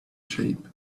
shape